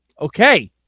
Okay